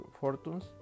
fortunes